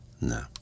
No